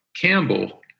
Campbell